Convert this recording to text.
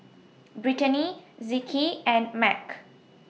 Brittanie Zeke and Mack